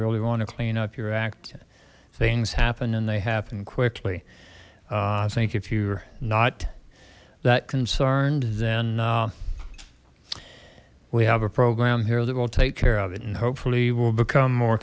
really want to clean up your act things happen and they happen quickly i think if you're not that concerned then we have a program here that will take care of it and hopefully we'll become more